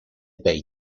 page